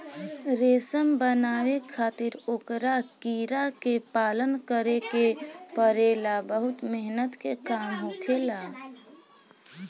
रेशम बनावे खातिर ओकरा कीड़ा के पालन करे के पड़ेला बहुत मेहनत के काम होखेला